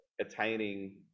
attaining